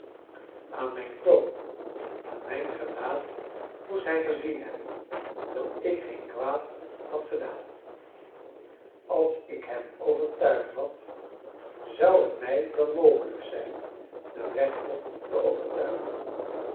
aan mijn toon aan mijn gelaat moest hij gezien hebben dat ik geen kwaad had gedaan als ik hem overtuigd had zou het mij dan mogelijk zijn den rechter te overtuigen